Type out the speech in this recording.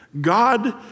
God